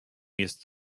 jest